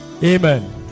Amen